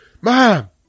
mom